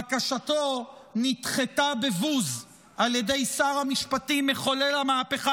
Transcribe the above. בקשתו נדחתה בבוז על ידי שר המשפטים מחולל המהפכה